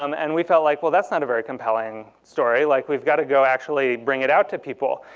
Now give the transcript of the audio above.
um and we felt like well, that's not a very compelling story, like we've got to go actually bring it out to people.